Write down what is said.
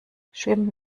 schwimmen